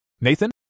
Nathan